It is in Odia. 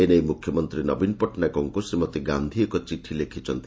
ଏ ନେଇ ମୁଖ୍ୟମନ୍ତୀ ନବୀନ ପଟ୍ଟନାୟକଙ୍କୁ ଶ୍ରୀମତୀ ଗାକ୍ଧି ଏକ ଚିଠି ଲେଖିଛନ୍ତି